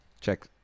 Check